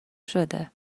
شده